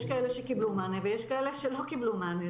יש כאלה שקיבלו מענה ויש כאלה שלא קיבלו מענה,